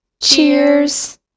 Cheers